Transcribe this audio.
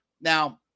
Now